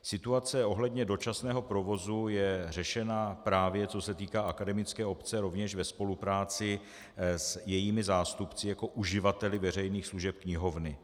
Situace ohledně dočasného provozu je řešena, právě co se týká akademické obce, rovněž ve spolupráci s jejími zástupci jako uživateli veřejných služeb knihovny.